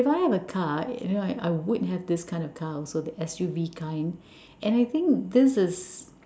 if I have a car you know I would have this kind of car also the S_U_V kind and I think this is